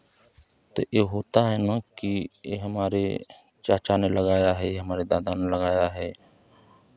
तो ये होता है ना कि ये हमारे चाचा ने लगाया है ये हमारे दादा ने लगाया है